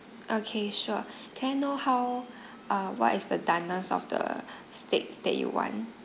okay sure can I know how uh what is the doneness of the steak that you want